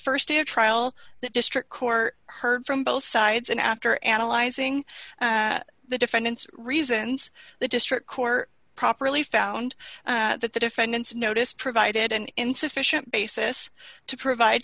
st day of trial the district court heard from both sides and after analyzing the defendant's reasons the district court properly found that the defendants notice provided an insufficient basis to provide